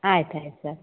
ಆಯ್ತು ಆಯ್ತು ಸರ್